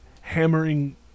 hammering